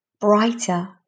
brighter